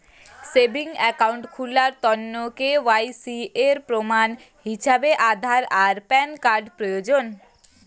savings account খুলার তন্ন KYC এর প্রমাণ হিছাবে আধার আর প্যান কার্ড প্রয়োজন